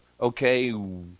okay